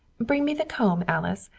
bring me the comb, alice.